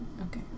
okay